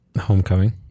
Homecoming